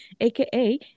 aka